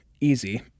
Easy